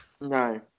No